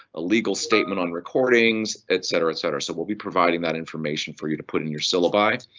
illegal statement on recordings, et cetera, et cetera. so we'll be providing that information for you to put in your syllabi.